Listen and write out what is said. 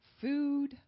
food